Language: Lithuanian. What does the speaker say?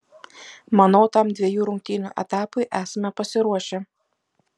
manau tam dviejų rungtynių etapui esame pasiruošę